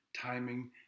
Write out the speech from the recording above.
timing